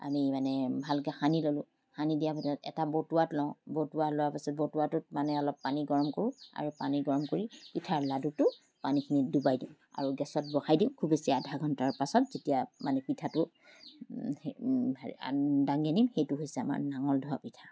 আমি মানে ভালকৈ সানি ল'লোঁ সানি দিয়া পাছত এটা বতোৱাত লওঁ বতোৱা লোৱা পাছত বতোৱাটোত মানে অলপ পানী গৰম কৰোঁ আৰু পানী গৰম কৰি পিঠাৰ লাড়ুটো পানীখিনিত ডুবাই দিওঁ আৰু গেছত বহাই দিওঁ খুব বেছি আধা ঘণ্টাৰ পাছত যেতিয়া মানে পিঠাটো দাঙি দিম সেইটো হৈছে আমাৰ নাঙল ধোৱা পিঠা